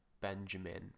Benjamin